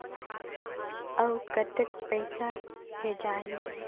अउ कतेक पइसा भेजाही?